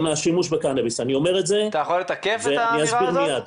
אתה יכול לתקף את האמירה הזו?